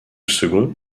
second